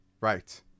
right